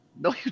No